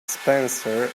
spencer